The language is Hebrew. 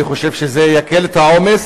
אני חושב שזה יקל את העומס.